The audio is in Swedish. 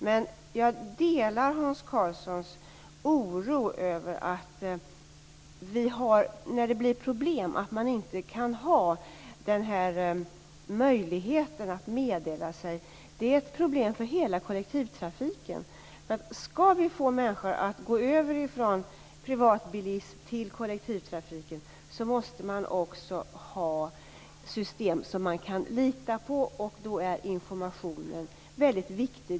Men jag delar Hans Karlssons oro över att det inte finns möjligheter att meddela sig när det blir problem. Det är ett problem för hela kollektivtrafiken. Skall vi få människor att gå över från privatbilism till kollektivtrafik måste det finnas system som går att lita på, och då är informationen väldigt viktig.